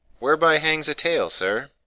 whereby hangs a tale, sir?